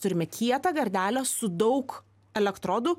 turime kietą gardelę su daug elektrodų